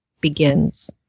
begins